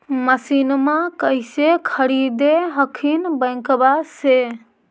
मसिनमा कैसे खरीदे हखिन बैंकबा से?